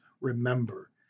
remember